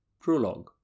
Prologue